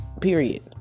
period